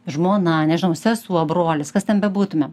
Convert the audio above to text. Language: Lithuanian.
žmona nežinau sesuo brolis kas ten bebūtume